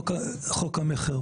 חוק המכר.